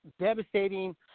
devastating